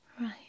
Right